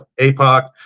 APOC